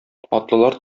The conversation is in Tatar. атлылар